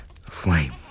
flame